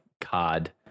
COD